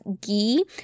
ghee